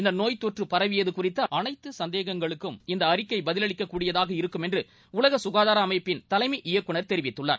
இந்த நோய்த்தொற்று பரவியது குறித்த அனைத்து சந்தேகங்களுக்கும் இந்த அறிக்கை பதிலளிக்க கூடியதாக இருக்கும் என்று உலக சுகாதார அமைப்பின் தலைமை இயக்குநர் தெரிவித்துள்ளார்